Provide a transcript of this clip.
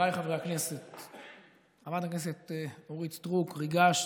חבריי חברי הכנסת, חברת הכנסת אורית סטרוק, ריגשת.